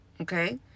okay